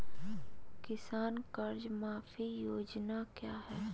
किसान कर्ज माफी योजना क्या है?